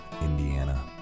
Indiana